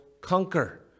conquer